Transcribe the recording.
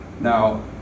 Now